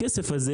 הכסף הזה,